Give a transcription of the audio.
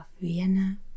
Vienna